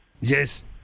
Yes